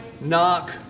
knock